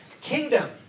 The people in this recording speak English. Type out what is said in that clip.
kingdom